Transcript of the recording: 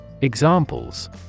Examples